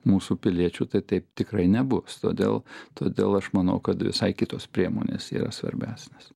mūsų piliečių tai taip tikrai nebus todėl todėl aš manau kad visai kitos priemonės yra svarbesnės